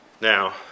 Now